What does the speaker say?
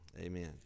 amen